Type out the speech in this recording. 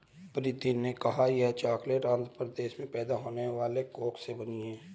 प्रीति ने कहा यह चॉकलेट आंध्र प्रदेश में पैदा होने वाले कोको से बनी है